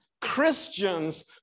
Christians